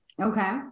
Okay